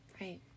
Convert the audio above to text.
Right